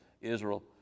Israel